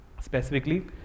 specifically